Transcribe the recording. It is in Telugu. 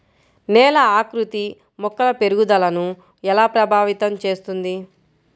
నేల ఆకృతి మొక్కల పెరుగుదలను ఎలా ప్రభావితం చేస్తుంది?